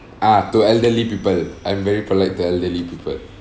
ah to elderly people I'm very polite to elderly people